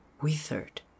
withered